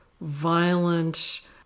violent